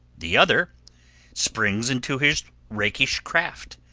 the other springs into his rakish craft,